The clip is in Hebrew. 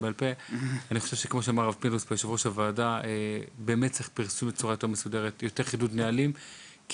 צריך לעשות פרסום בצורה מסודרת ויותר חידוד נהלים כי